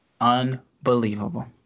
unbelievable